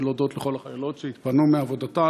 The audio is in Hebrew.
ולהודות לכל החיילות שהתפנו מעבודתן